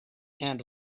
and